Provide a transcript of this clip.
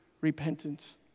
repentance